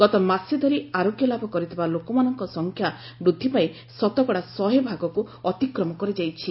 ଗତ ମାସେ ଧରି ଆରୋଗ୍ୟ ଲାଭ କରିଥିବା ଲୋକମାନଙ୍କ ସଂଖ୍ୟା ବୃଦ୍ଧି ପାଇ ଶତକଡ଼ା ଶହେଭାଗକୁ ଅତିକ୍ରମ କରିଯାଇଛି